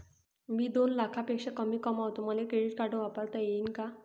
मी दोन लाखापेक्षा कमी कमावतो, मले क्रेडिट कार्ड वापरता येईन का?